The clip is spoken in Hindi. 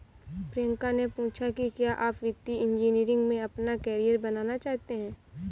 प्रियंका ने पूछा कि क्या आप वित्तीय इंजीनियरिंग में अपना कैरियर बनाना चाहते हैं?